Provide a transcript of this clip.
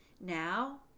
Now